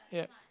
yup